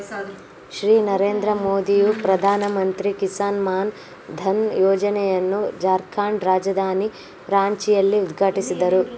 ಶ್ರೀ ನರೇಂದ್ರ ಮೋದಿಯು ಪ್ರಧಾನಮಂತ್ರಿ ಕಿಸಾನ್ ಮಾನ್ ಧನ್ ಯೋಜನೆಯನ್ನು ಜಾರ್ಖಂಡ್ ರಾಜಧಾನಿ ರಾಂಚಿಯಲ್ಲಿ ಉದ್ಘಾಟಿಸಿದರು